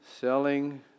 selling